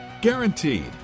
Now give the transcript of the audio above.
Guaranteed